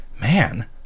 Man